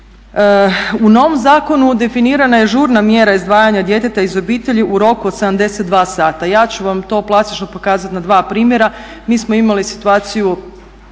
U novom zakonu definirana je žurna mjera izdvajanja djeteta iz obitelji u roku od 72 sata. Ja ću vam to plastično pokazati na dva primjera. Mi smo imali situaciju